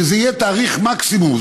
שזה יהיה תאריך מקסימום.